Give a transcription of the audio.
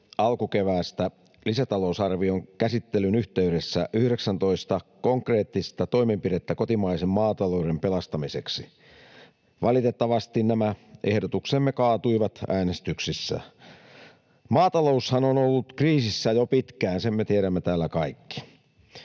alkukeväästä lisätalousarvion käsittelyn yhteydessä 19 konkreettista toimenpidettä kotimaisen maatalouden pelastamiseksi. Valitettavasti nämä ehdotuksemme kaatuivat äänestyksissä. Maataloushan on ollut kriisissä jo pitkään, sen me tiedämme täällä kaikki.